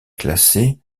classés